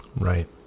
Right